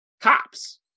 cops